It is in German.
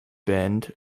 band